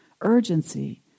urgency